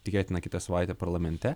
tikėtina kitą savaitę parlamente